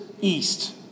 east